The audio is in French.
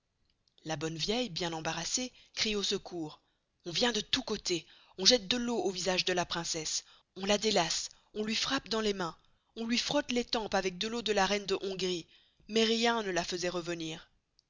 la bonne vieille bien embarrassée crie au secours on vient de tous costez on jette de l'eau au visage de la princesse on la délasse on luy frappe dans les mains on luy frotte les tempes avec de l'eau de la reine de hongrie mais rien ne la faisoit revenir